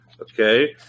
Okay